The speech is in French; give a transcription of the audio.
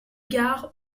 gards